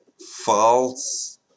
false